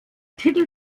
titel